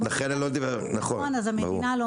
אז המדינה לא